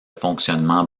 fonctionnement